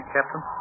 Captain